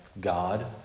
God